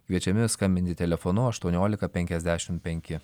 kviečiami skambinti telefonu aštuoniolika penkiasdešim penki